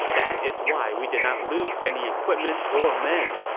that is why we did not lose any equipment or men.